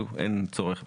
אין צורך בכך.